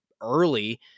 early